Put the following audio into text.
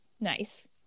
Nice